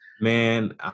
Man